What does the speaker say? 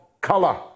color